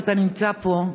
כשאתה נמצא פה,